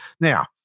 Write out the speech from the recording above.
Now